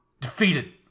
Defeated